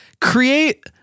Create